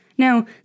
Now